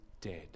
dead